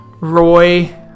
Roy